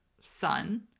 son